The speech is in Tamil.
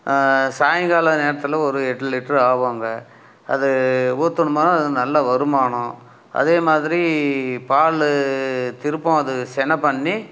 சாயங்கால நேரத்தில் ஒரு எட்டு லிட்டர் ஆகுங்க அது ஊற்றுனமுன்னா நல்ல வருமானம் அதேமாதிரி பால் திருப்பவும் அது செனப்பண்ணி